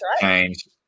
change